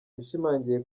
yashimangiye